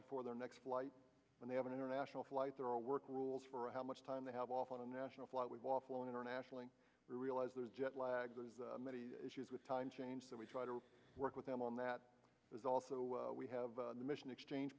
off for their next flight when they have an international flight there are work rules for how much time they have off on a national flight we've offload internationally we realize there's jet lag many issues with time change that we try to work with them on that is also we have the mission exchange